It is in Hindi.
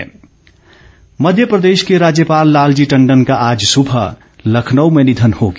शोक मध्य प्रदेश के राज्यपाल लालजी टंडन का आज सुबह लखनऊ में निधन हो गया